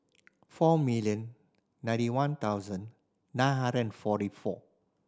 four million ninety one thousand nine hundred and forty four